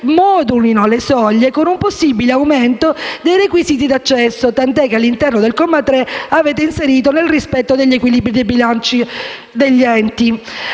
moduleranno le soglie con un possibile aumento dei requisiti d'accesso, tant'è che all'interno del comma 3 avete inserito una dicitura del tipo: nel rispetto dei requisiti dei bilanci degli enti.